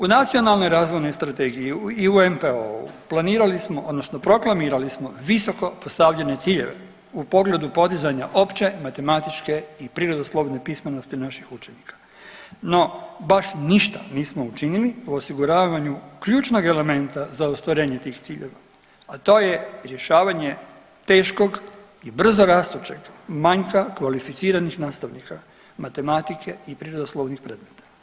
U Nacionalnoj razvojnoj strategiji i u NPOO-u planirali smo odnosno proklamirali smo visoko postavljene ciljeve u pogledu podizanja opće matematičke i prirodoslovne pismenosti naših učenika, no baš ništa nismo učinili u osiguravanju ključnog elementa za ostvarenje tih ciljeva, a to je rješavanje teškog i brzo rastućeg manjka kvalificiranih nastavnika matematike i prirodoslovnih predmeta.